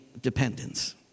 Dependence